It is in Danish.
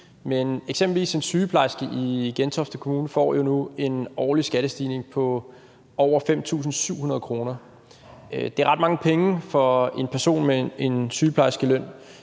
men eksempelvis en sygeplejerske i Gentofte Kommune får jo nu en årlig skattestigning på over 5.700 kr. Det er ret mange penge for en person med en sygeplejerskeløn,